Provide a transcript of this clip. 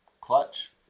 clutch